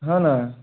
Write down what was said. हो ना